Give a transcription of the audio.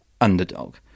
underdog